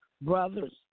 brothers